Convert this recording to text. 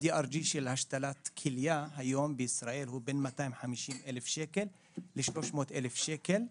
ה-DRG של השתלת כליה היום בישראל הוא בין 250 אלף שקל ל-300 אלף שקל.